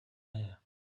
air